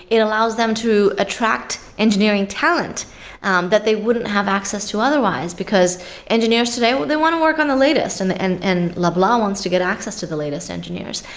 it allows them to attract engineering talent that they wouldn't have access to otherwise, because engineers today, they want to work on the latest, and and and loblaw wants to get access to the latest engineers.